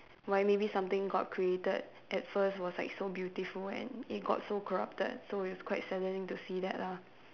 why maybe something god created at first was like so beautiful and it got so corrupted so it's quite saddening to see that lah